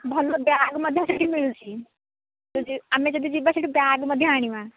ଭଲ ବ୍ୟାଗ ମଧ୍ୟ ସେଠି ମିଳୁଛି ତୁ ଯ ଆମେ ଯଦି ଯିବା ସେଠୁ ବ୍ୟାଗ ମଧ୍ୟ ଆଣିବା